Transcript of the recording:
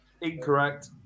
incorrect